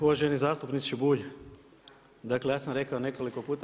Uvaženi zastupniče Bulj, dakle ja sam rekao nekoliko puta.